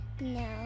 no